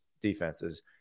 defenses